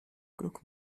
guck